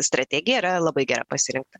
strategija yra labai gera pasirinkta